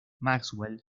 maxwell